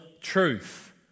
truth